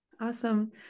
Awesome